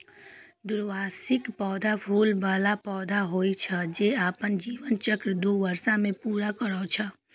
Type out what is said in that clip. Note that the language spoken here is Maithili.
द्विवार्षिक पौधा फूल बला पौधा होइ छै, जे अपन जीवन चक्र दू वर्ष मे पूरा करै छै